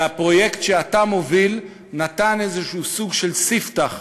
הפרויקט שאתה מוביל נתן איזה סוג של ספתח,